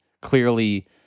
clearly